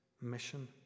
mission